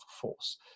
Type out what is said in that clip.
force